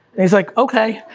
and he's like, okay,